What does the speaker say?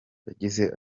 yagize